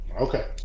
Okay